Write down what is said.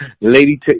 lady